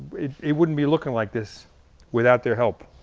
it wouldn't be looking like this without their help.